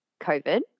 COVID